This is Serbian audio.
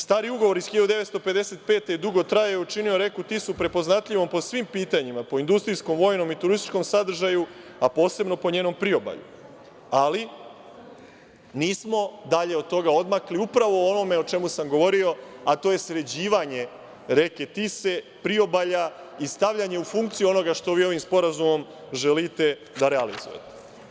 Stari ugovori iz 1955. godine, koji dugo traju, učinio je reku Tisu prepoznatljivom po svim pitanjima, po industrijskom, vojnom i turističkom sadržaju, a posebno po njenom priobalju, ali nismo dalje od toga odmakli upravo o onome o čemu sam govorio, a to je sređivanje reke Tise, priobalja i stavljanje u funkciju onoga što vi ovim sporazumom želite da realizujete.